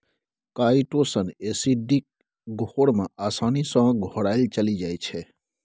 chitosan acidic घोर मे आसानी सँ घोराएल चलि जाइ छै